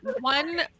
One